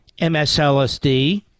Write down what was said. MSLSD